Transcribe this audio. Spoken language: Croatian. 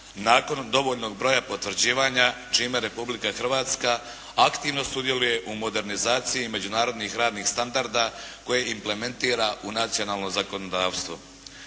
Nakon dovoljnog broja potvrđivanja, čime Republika Hrvatska aktivno sudjeluje u modernizaciji međunarodnih radnih standarda koje implementira u nacionalno zakonodavstvo.